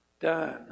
done